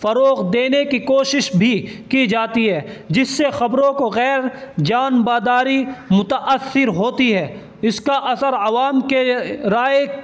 فروغ دینے کی کوشش بھی کی جاتی ہے جس سے خبروں کو غیرجانبداری متأثر ہوتی ہے اس کا اثر عوام کے رائے